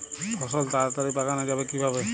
ফসল তাড়াতাড়ি পাকানো যাবে কিভাবে?